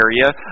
area